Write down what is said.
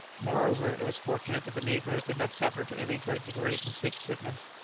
moreover, it was fortunate that the negroes did not suffer to any great degree from sea-sickness,